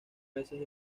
veces